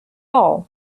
all